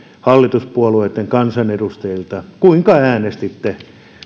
hallituspuolueitten kansanedustajilta kuinka äänestitte